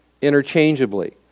interchangeably